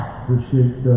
appreciate